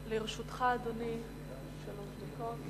לרשותך, אדוני, שלוש דקות.